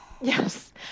yes